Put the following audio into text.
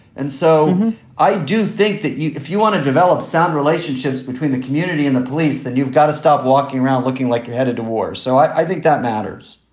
and so i do think that if you want to develop sound relationships between the community and the police, then you've got to stop walking around looking like you're headed to war. so i think that matters.